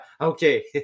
Okay